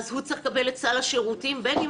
הוא צריך לקבל את סל השירותים בין אם